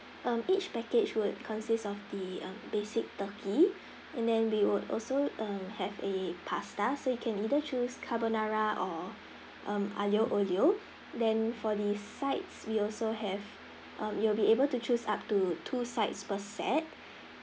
um each package would consist of the um basic turkey and then we would also um have a pasta so you can either choose carbonara or um aglio olio then for the sides we also have um you will be able to choose up to two sides per set